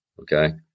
Okay